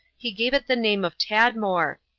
he gave it the name of tadmor,